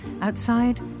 outside